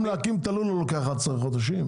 להקים את הלול לא לוקח עשרה חודשים.